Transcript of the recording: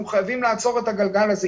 אנחנו חייבים לעצור את הגלגל הזה.